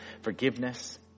forgiveness